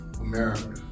America